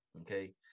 Okay